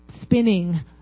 spinning